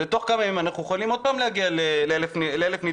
תוך כמה ימים אנחנו יכולים שוב להגיע לאלף נדבקים,